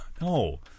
No